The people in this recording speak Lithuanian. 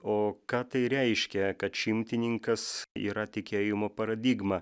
o ką tai reiškia kad šimtininkas yra tikėjimo paradigma